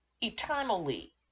eternally